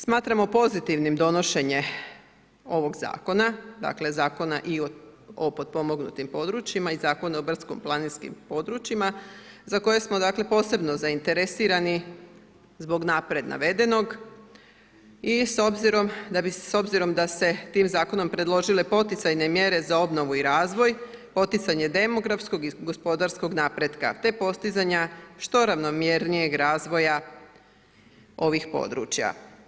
Smatramo pozitivnim donošenje ovog Zakona, dakle Zakona i o potpomognutim područjima i Zakona o brdsko-planinskim područjima za koje smo dakle posebno zainteresirani zbog naprijed navedenog i s obzirom da se tim zakonom predložile poticajne mjere za obnovu i razvoj, poticanje demografskog i gospodarskog napretka, te postizanja što ravnomjernijeg razvoja ovih područja.